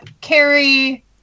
Carrie